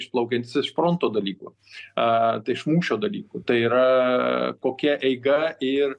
išplaukiantis iš fronto dalykų a tai iš mūšio dalykų tai yra kokia eiga ir